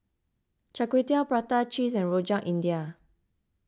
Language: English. Char Kway Teow Prata Cheese and Rojak India